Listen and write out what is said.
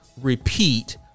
repeat